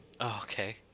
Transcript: okay